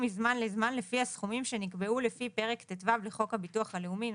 יתעדכנו מזמן לזמן לפי הסכומים שנקבעו לפי פרק ט"ו לחוק הביטוח הלאומי ,